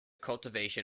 cultivation